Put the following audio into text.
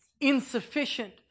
insufficient